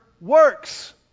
works